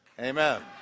Amen